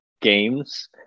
games